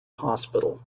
hospital